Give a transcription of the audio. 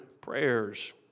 prayers